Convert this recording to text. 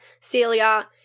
Celia